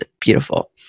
beautiful